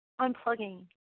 unplugging